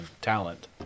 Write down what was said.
talent